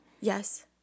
Yes